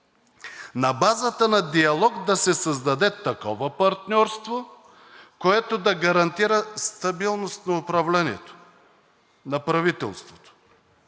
На базата на диалог да се създаде такова партньорство, което да гарантира стабилност на управлението, на правителството,